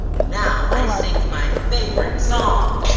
now i sing my favorite song